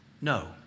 No